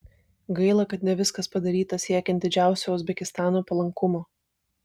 gaila kad ne viskas padaryta siekiant didžiausio uzbekistano palankumo